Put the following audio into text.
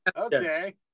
okay